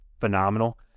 phenomenal